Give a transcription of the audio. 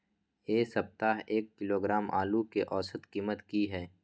ऐ सप्ताह एक किलोग्राम आलू के औसत कीमत कि हय?